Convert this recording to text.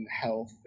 health